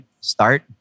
start